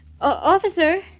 Officer